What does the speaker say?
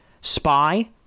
Spy